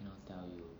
cannot tell you